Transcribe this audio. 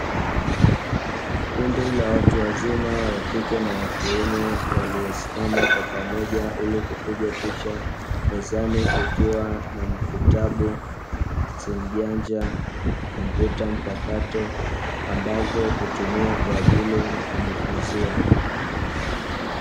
Kundi la watu wazima wakike na wa kiume waliosimama kwa pamoja ili kupigwa picha mezani kukiwa na vitabu, simu janja, kompyuta mpakato ambazo hutumia kwa ajili ya kujifunzia.